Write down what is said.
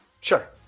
Sure